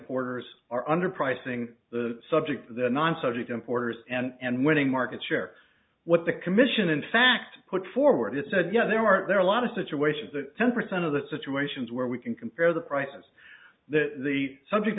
porters are underpricing the subject of the non subject importers and winning market share what the commission in fact put forward that said you know there are there are a lot of situations that ten percent of the situations where we can compare the prices that the subject